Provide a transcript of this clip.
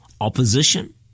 opposition